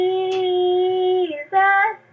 Jesus